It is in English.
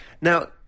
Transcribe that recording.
Now